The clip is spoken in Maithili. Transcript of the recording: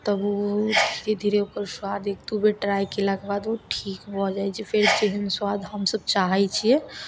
तब उ धीरे धीरे ओकर स्वाद एक दू बेर ट्राइ कयलाके बाद उ ठीक भऽ जाइ छै फेर जेहन स्वाद हमसब चाहय छियै